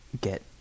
get